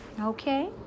Okay